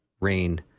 rain